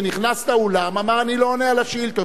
כאשר נכנס לאולם אמר: אני לא עונה על השאילתות.